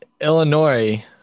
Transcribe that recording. Illinois